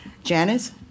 Janice